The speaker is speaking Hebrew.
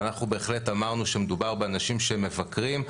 ואנחנו בהחלט אמרנו שמדובר באנשים שמבקרים,